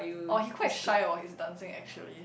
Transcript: oh he quite shy about his dancing actually